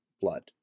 blood